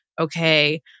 okay